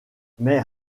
mais